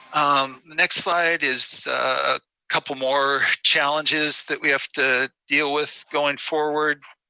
um the next slide is a couple more challenges that we have to deal with going forward.